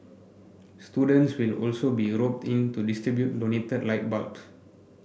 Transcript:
students will also be roped in to distribute donated light bulbs